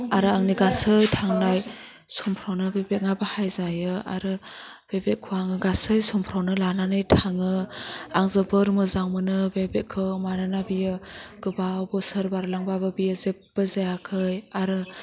आरो आंनि गासै थांनाय समफ्रावनो बे बेगा बाहाय जायो आरो बे बेगखौ आङो गासै समफ्रावनो लानानै थाङो आं जोबोर मोजां मोनो बे बेगखौ मानोना बियो गोबाव बोसोर बारलांबाबो बियो जेबबो जायाखै आरो